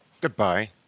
Goodbye